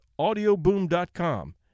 Audioboom.com